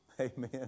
Amen